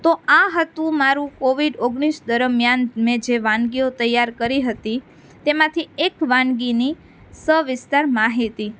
તો આ હતું મારું કોવિડ ઓગણીસ દરમ્યાન મેં જે વાનગીઓ તૈયાર કરી હતી તેમાંથી એક વાનગીની સવિસ્તાર માહિતી